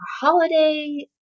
holiday